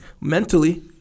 Mentally